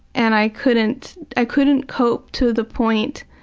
and i couldn't i couldn't cope to the point